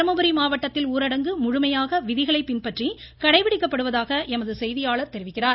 தர்மபுரி மாவட்டத்தில் ஊரடங்கு முழுமையாக விதிகளை பின்பற்றி கடைபிடிக்கப்படுவதாக எமது செய்தியாளர் தெரிவிக்கிறார்